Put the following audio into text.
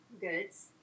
goods